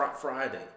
Friday